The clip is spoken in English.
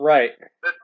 Right